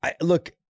Look